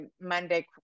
Monday